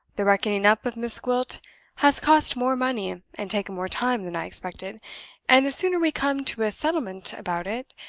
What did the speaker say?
the reckoning up of miss gwilt has cost more money and taken more time than i expected and the sooner we come to a settlement about it,